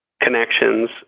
connections